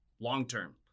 long-term